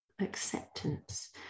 Acceptance